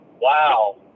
Wow